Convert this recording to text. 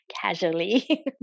casually